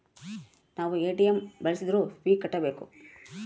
ನಾವ್ ಎ.ಟಿ.ಎಂ ಬಳ್ಸಿದ್ರು ಫೀ ಕಟ್ಬೇಕು